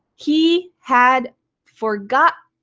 he had forgotten